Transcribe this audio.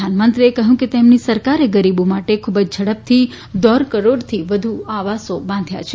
પ્રધાનમંત્રીએ કહ્યું કે તેમની સરકારે ગરીબો માટે ખુબ જ ઝડપથી દોઢ કરોડથી વધુ આવાસો બાંધ્યા છે